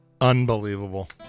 Unbelievable